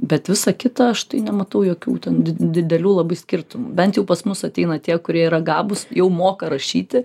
bet visa kita aš tai nematau jokių ten di didelių labai skirtumų bent jau pas mus ateina tie kurie yra gabūs jau moka rašyti